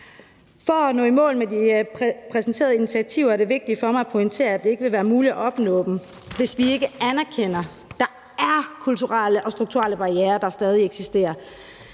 For at nå i mål med de præsenterede initiativer er det vigtigt for mig at pointere, at det ikke vil være muligt at nå dem, hvis vi ikke anerkender, at der er kulturelle og strukturelle barrierer, der stadig eksisterer.